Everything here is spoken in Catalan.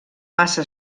massa